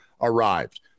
arrived